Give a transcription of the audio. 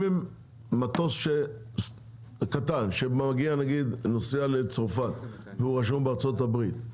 מטוס קטן שנוסע לצרפת ורשום בארצות הברית,